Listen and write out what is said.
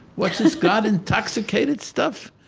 what's this god-intoxicated stuff?